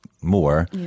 more